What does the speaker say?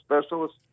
specialist